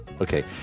Okay